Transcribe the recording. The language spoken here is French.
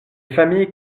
familles